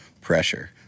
pressure